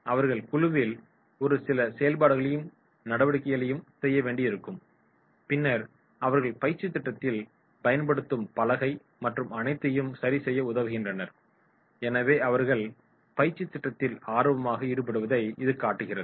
அவர்கள் குழுவில் ஒரு சில செயல்பாடுகளையும் நடவடிக்கைகளையும் செய்யவேண்டி இருக்கும் பின்னர் அவர்கள் பயிற்சித் திட்டத்தில் பயன்படுத்தும் பலகை மற்றும் அனைத்தையும் சரிசெய்ய உதவுகின்றனர் எனவே அவர்கள் பயிற்சித் திட்டத்தில் ஆர்வமாக ஈடுபடுவதை இது காட்டுகிறது